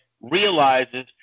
realizes